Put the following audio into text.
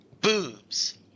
boobs